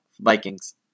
Vikings